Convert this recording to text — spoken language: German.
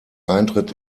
eintritt